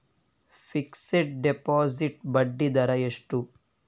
Fixed deposit ಬಡ್ಡಿ ದರ ಎಷ್ಟು?